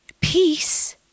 peace